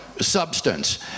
substance